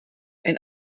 ein